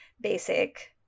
basic